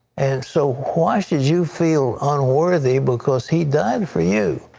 and so why should you feel unworthy because he died for you?